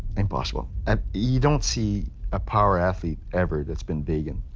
impossible. ah you don't see a power athlete ever that's been vegan.